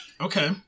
Okay